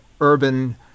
urban